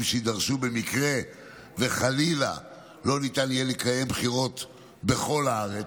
שיידרשו במקרה שחלילה לא ניתן יהיה לקיים בחירות בכל הארץ,